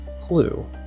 clue